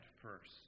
first